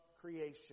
creation